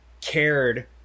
cared